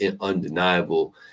undeniable